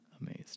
amazed